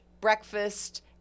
breakfast